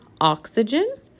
Oxygen